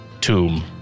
tomb